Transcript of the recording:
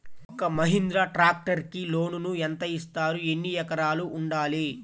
ఒక్క మహీంద్రా ట్రాక్టర్కి లోనును యెంత ఇస్తారు? ఎన్ని ఎకరాలు ఉండాలి?